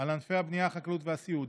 על ענפי הבנייה, החקלאות והסיעוד.